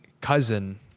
cousin